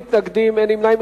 מתנגדים, אין נמנעים.